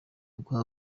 guha